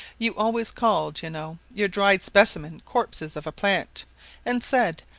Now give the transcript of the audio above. you always called, you know, your dried specimens corpses of plants, and said,